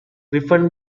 defend